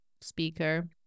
speaker